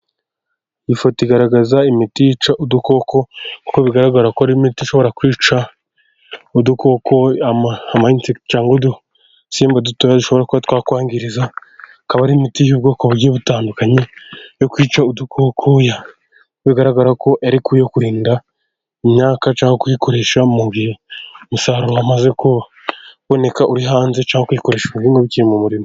Iyi ifoto igaragaza imiti yica udukoko. Uko bigaragara ko ari imiti ishobora kwica udukokoti amayinsekite cyangwa udusimbu duto dushobora kuba twakwangiza. Akaba ari imiti y'ubwoko bugiye butandukanye yo kwica udukoko. Bigaragara ko ariko kuyo kurinda imyaka cyangwa kuyikoresha mu umusaruro wamaze kuboneka uri hanze cke kuyikoresha bikiri mu murima.